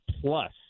plus